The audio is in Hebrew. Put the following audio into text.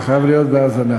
אתה חייב להיות בהאזנה.